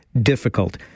difficult